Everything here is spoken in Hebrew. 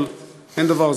אבל אין דבר.